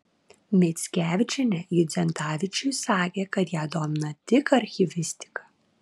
mickevičienė judzentavičiui sakė kad ją domina tik archyvistika